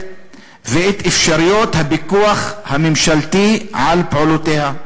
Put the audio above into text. ואת אפשרויות הפיקוח הממשלתי על פעולותיה.